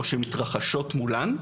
או שמתרחשות מולן.